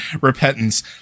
Repentance